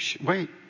wait